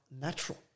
natural